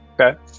Okay